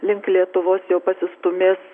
link lietuvos jau pasistūmės